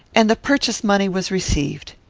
and the purchase-money was received.